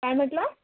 काय म्हटला